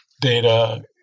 data